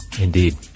Indeed